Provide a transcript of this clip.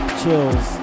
chills